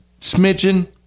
smidgen